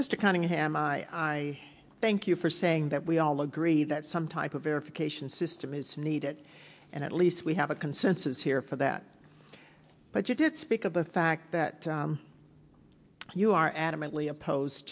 to counting him i thank you for saying that we all agree that some type of verification system is needed and at least we have a consensus here for that but you did speak of the fact that you are adamantly opposed